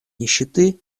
нищеты